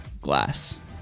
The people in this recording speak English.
glass